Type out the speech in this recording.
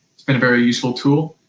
it's been a very useful tool,